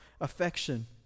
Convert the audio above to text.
affection